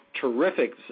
terrific